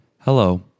Hello